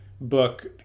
book